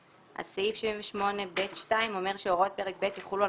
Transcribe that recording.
אז סעיף 78(ב)(2) אומר שהוראות פרק ב' יחולו על